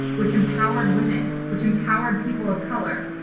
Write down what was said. which empowered women, which empowered people of color.